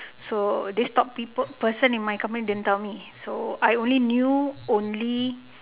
so this top people person in my company didn't tell me so I only knew only